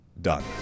done